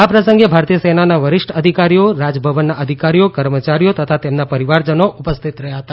આ પ્રસંગે ભારતીય સેનાના વરિષ્ઠ અધિકારીઓ રાજભવનના અધિકારીઓ કર્મચારીઓ તથા તેમના પરિવારજનો ઉપસ્થિત રહ્યા હતા